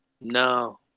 No